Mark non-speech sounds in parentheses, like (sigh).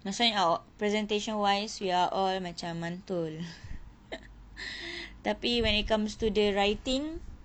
pasal our presentation wise we are all macam mantul (laughs) tapi when it comes to the writing